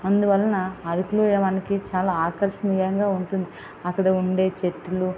అందువలన అరకులోయ మనకి చాలా ఆకర్షణీయంగా ఉంటుంది అక్కడ ఉండే చెట్లు